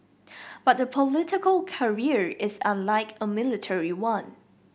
but a political career is unlike a military one